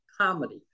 comedy